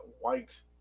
white